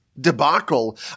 debacle